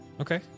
Okay